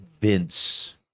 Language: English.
Vince